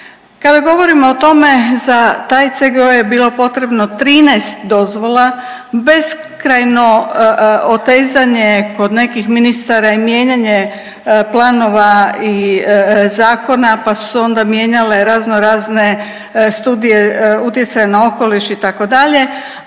Kada govorimo o tome za taj CGO je bilo potrebno 13 dozvola beskrajno otezanje kod nekih ministara i mijenjanje planova i zakona, pa su onda mijenjale razno razne studije utjecaja na okoliš itd. a